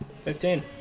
Fifteen